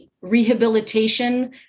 rehabilitation